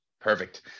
Perfect